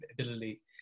ability